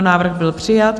Návrh byl přijat.